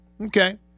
Okay